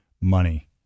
money